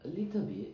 a little bit